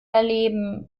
erleben